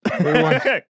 Okay